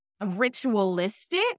ritualistic